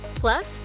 Plus